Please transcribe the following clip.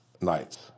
nights